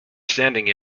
standing